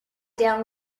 down